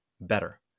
better